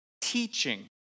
teaching